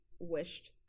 wished